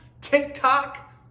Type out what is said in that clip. TikTok